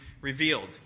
revealed